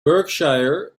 berkshire